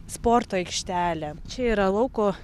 sporto aikštelė čia yra lauko